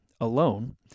alone